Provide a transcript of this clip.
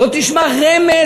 לא תשמע רמז,